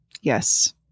Yes